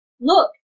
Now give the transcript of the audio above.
Look